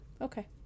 Okay